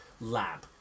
lab